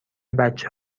بچه